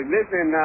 Listen